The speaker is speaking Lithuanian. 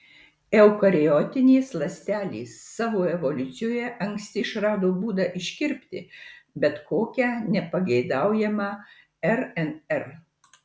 eukariotinės ląstelės savo evoliucijoje anksti išrado būdą iškirpti bet kokią nepageidaujamą rnr